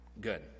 Good